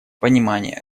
понимание